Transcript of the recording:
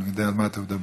אני יודע על מה אתה מדבר.